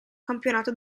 campionato